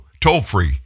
Toll-free